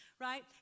right